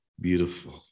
beautiful